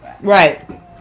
Right